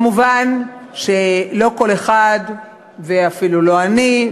כמובן שלא כל אחד ואפילו לא אני,